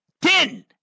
Ten